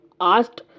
asked